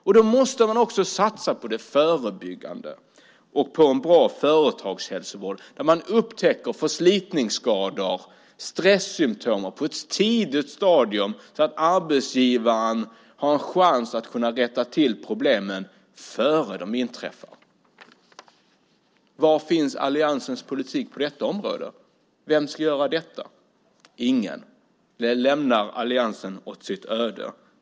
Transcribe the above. Därför måste man också satsa på det förebyggande och på en bra företagshälsovård som på ett tidigt stadium upptäcker förslitningsskador och stressymtom så att arbetsgivaren har en chans att rätta till innan problem inträffar. Var finns alliansens politik på detta område? Vem ska göra detta? Ingen! Detta lämnar alliansen åt sitt öde.